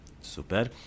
Super